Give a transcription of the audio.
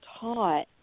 taught